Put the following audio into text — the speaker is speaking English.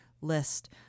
list